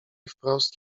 wprost